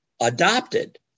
adopted